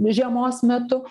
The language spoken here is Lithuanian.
žiemos metu